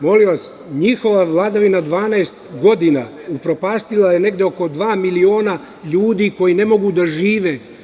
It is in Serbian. Molim vas, njihova vladavina 12 godina upropastila je negde oko dva miliona ljudi koji ne mogu da žive.